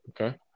okay